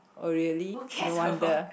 oh really no wonder